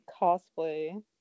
cosplay